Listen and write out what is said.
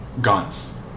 guns